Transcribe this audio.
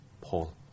Paul